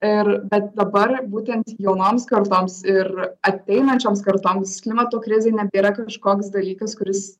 ir bet dabar būtent jaunoms kartoms ir ateinančioms kartoms klimato krizė nebėra kažkoks dalykas kuris